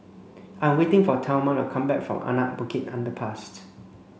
I'm waiting for Thelma to come back from Anak Bukit Underpass